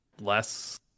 less